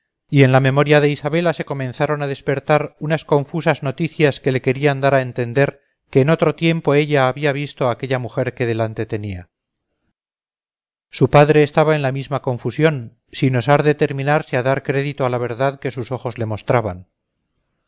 y en la memoria de isabela se comenzaron a despertar unas confusas noticias que le querían dar a entender que en otro tiempo ella había visto a aquella mujer que delante tenía su padre estaba en la misma confusión sin osar determinarse a dar crédito a la verdad que sus ojos le mostraban